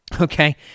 Okay